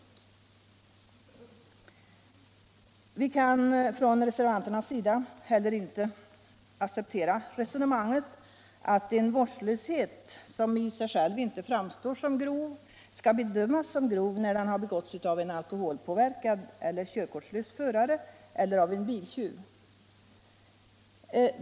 Vi kan från reservanternas sida inte heller acceptera resonemanget att en vårdslöshet, som i sig själv inte framstår som grov, skall bedömas som grov när den har begåtts av en alkoholpåverkad eller körkortslös förare eller av en biltjuv.